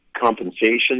compensation